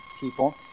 people